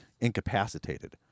incapacitated